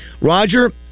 Roger